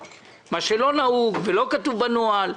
שתואר מה שלא נהוג ולא כתוב בנוהל.